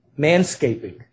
manscaping